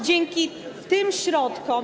Dzięki tym środkom.